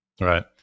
Right